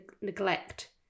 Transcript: Neglect